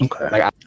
Okay